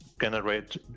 generate